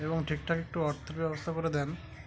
এবং ঠিকঠাক একটু অর্থ ব্যবস্থা করে দেন